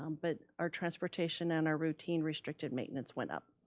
um but our transportation and our routine restricted maintenance went up.